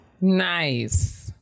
nice